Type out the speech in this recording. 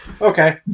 Okay